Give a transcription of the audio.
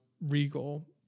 Regal